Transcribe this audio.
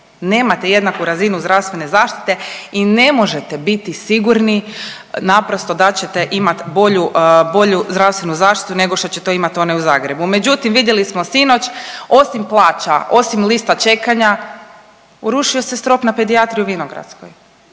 nemate jednaku razinu zdravstvene zaštite i ne možete biti sigurni naprosto da ćete imati bolju, bolju zdravstvenu nego što će to imat onaj u zagrebu. Međutim, vidjeli smo sinoć osim plaća, osim lista čekanja urušio se strop na pedijatriji u Vinogradskoj,